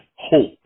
hope